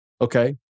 okay